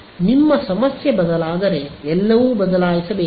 ನಿಮ್ಮ ಸಮಸ್ಯೆ ಬದಲಾದರೆ ಎಲ್ಲವನ್ನೂ ಬದಲಾಯಿಸಬೇಕಾಗಿದೆ